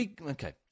Okay